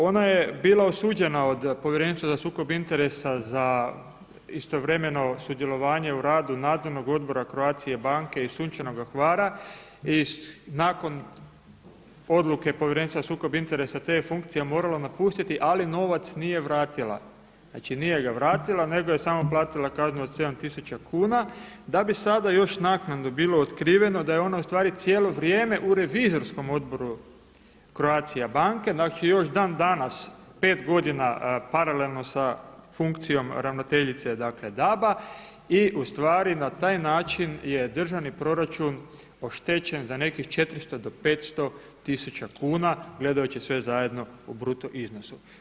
Ona je bila osuđena od Povjerenstva za sukob interesa za istovremeno sudjelovanje u radu Nadzornog odbora Croatia-e banke i Sunčanoga Hrvata i nakon odluke Povjerenstva za sukob interesa te je funkcije morala napustiti, ali novac nije vratila, znači nije ga vratila nego je samo platila kaznu od sedam tisuća kuna, da bi sada još naknadno bilo otkriveno da je ona u stvari cijelo vrijeme u revizorskom odboru Croatia-e banke znači još dan danas pet godina paralelno sa funkcijom ravnateljice DAB-a i na taj način je državni proračun oštećen za nekih 400 do 500 tisuća kuna, gledajući sve zajedno u bruto iznosu.